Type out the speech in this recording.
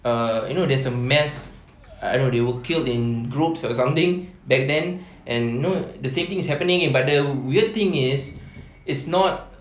err you know there's a mass I don't know they were killed in groups or something back then and know the same thing is happening but the weird thing is it's not